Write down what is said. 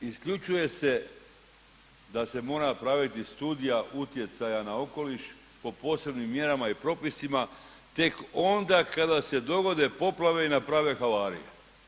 Znači, isključuje se da se mora napraviti studija utjecaja na okoliš po posebnim mjerama i propisima tek onda kada se dogode poplave i naprave havariju.